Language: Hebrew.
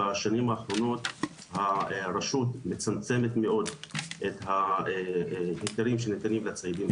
בשנים האחרונות הרשות מצמצמת מאוד את ההיתרים שניתנים לציידים.